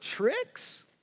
tricks